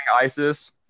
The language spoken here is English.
ISIS